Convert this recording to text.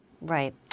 Right